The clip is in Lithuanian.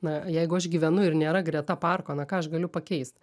na jeigu aš gyvenu ir nėra greta parko na ką aš galiu pakeist